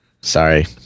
Sorry